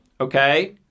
Okay